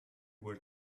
were